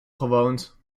gewoond